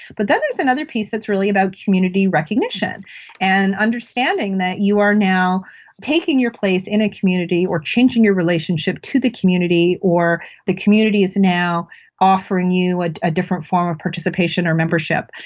but then there's another piece that's really about community recognition and understanding that you are now taking your place in a community or changing your relationship to the community or the community is now offering you a different form of participation or membership,